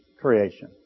creation